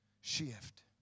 Shift